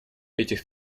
этих